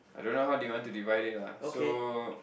I don't know how do you want to divide it lah so